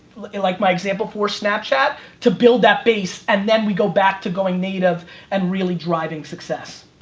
like my example for snapchat, to build that base and then we go back to going native and really driving success.